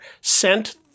sent